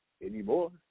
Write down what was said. anymore